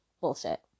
Bullshit